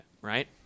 right